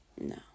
no